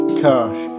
cash